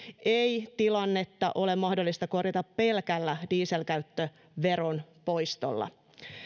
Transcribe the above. ei tilannetta ole mahdollista korjata pelkällä dieselkäyttöveron poistolla